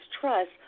trust